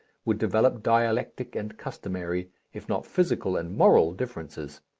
would develop dialectic and customary, if not physical and moral differences.